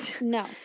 no